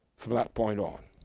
from that point on.